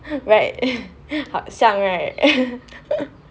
like hot 像 right